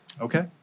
Okay